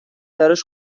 براش